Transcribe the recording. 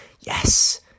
yes